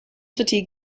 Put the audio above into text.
fatigue